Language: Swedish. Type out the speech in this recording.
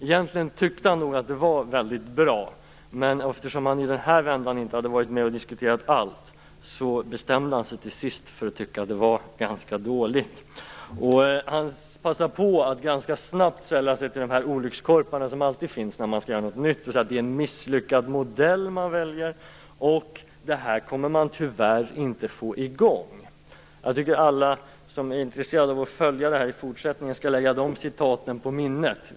Egentligen tyckte han nog att det var väldigt bra, men eftersom han i den här vändan inte hade varit med och diskuterat allt bestämde han sig till sist för att tycka att det var ganska dåligt. Han passade på att ganska snabbt sälla sig till de olyckskorpar som alltid finns när man skall göra något nytt och säga att det är en misslyckad modell vi väljer och att vi tyvärr inte kommer att få i gång det. Alla som är intresserade av att följa frågan i fortsättningen bör lägga de orden på minnet.